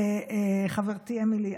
חברתי אמילי,